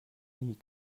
nie